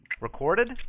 Recorded